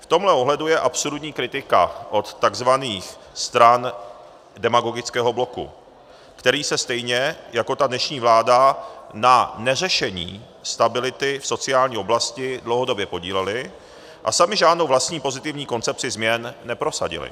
V tomhle ohledu je absurdní kritika od tzv. stran demagogického bloku, který se stejně jako ta dnešní vláda na neřešení stability v sociální oblasti dlouhodobě podílely a samy žádnou vlastní pozitivní koncepci změn neprosadily.